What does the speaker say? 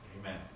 Amen